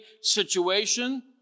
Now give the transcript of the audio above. situation